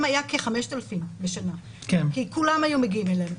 היו כ-5,000 כי כולם היו מגיעים אליהם.